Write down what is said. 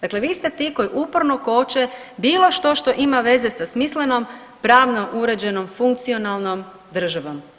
Dakle, vi ste ti koji uporno koče bilo što što ima veze sa smislenom pravno uređenom, funkcionalnom državom.